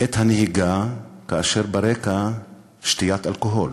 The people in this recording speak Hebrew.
את הנהיגה כאשר ברקע שתיית אלכוהול?